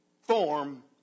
form